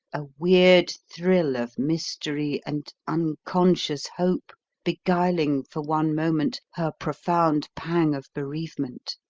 a weird thrill of mystery and unconscious hope beguiling for one moment her profound pang of bereavement.